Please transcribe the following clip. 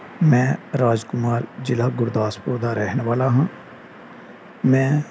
ਮੈਂ ਰਾਜ ਕੁਮਾਰ ਜ਼ਿਲ੍ਹਾ ਗੁਰਦਾਸਪੁਰ ਦਾ ਰਹਿਣ ਵਾਲਾ ਹਾਂ ਮੈਂ